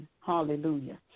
Hallelujah